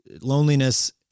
loneliness